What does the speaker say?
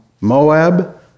Moab